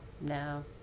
No